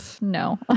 No